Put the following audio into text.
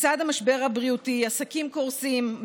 לצד המשבר הבריאותי עסקים קורסים,